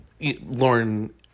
Lauren